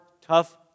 tough